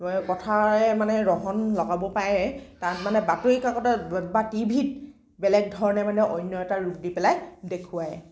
কথাৰে মানে ৰহণ লগাব পাৰে তাত মানে বাতৰি কাকতত বা টিভিত বেলেগ ধৰণে মানে অন্য এটা ৰূপ দি পেলাই দেখুৱায়